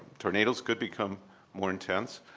tornadoes could become more intense.